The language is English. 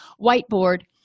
whiteboard